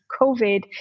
covid